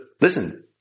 listen